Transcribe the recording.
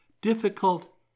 difficult